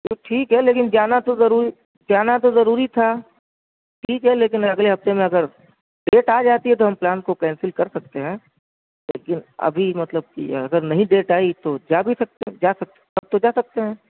ٹھیک ہے لیکن جانا تو ضروری جانا تو ضروری تھا ٹھیک ہے لیکن اگلے ہفتے میں اگر ڈیٹ آ جاتی ہے تو ہم پلان کو کینسل کر سکتے ہیں لیکن ابھی مطلب کہ اگر نہیں ڈیٹ آئی تو جا بھی سکتے جا سکتے ہیں تب تو جا سکتے ہیں